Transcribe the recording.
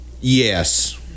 Yes